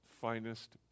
finest